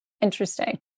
Interesting